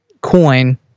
coin